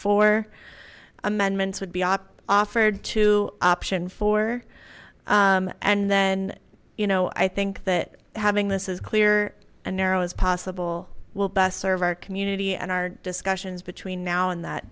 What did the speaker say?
four amendments would be offered to option four and then you know i think that having this is clear and narrow as possible will best serve our community and our discussions between now and that